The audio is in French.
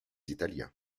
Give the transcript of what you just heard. italiens